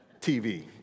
TV